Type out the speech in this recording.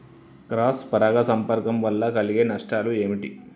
Cross పరాగ సంపర్కం వల్ల కలిగే నష్టాలు ఏమిటి?